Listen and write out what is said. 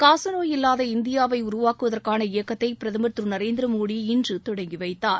காசநோய் இல்லாத இந்தியாவை உருவாக்குவதற்கான இயக்கத்தை பிரதமர் திரு நரேந்திரமோடி இன்று தொடங்கி வைத்தார்